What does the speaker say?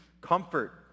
comfort